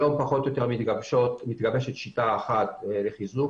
היום מתגבשת שיטה אחת לחיזוק.